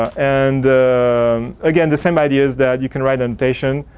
and again the same ideas that you can write annotation.